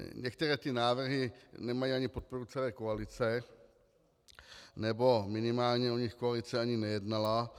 Některé ty návrhy nemají ani podporu celé koalice, nebo minimálně o nich koalice ani nejednala.